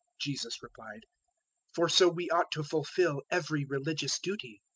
jesus replied for so we ought to fulfil every religious duty.